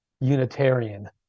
Unitarian